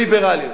וליברליות.